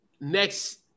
next